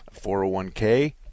401k